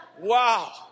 Wow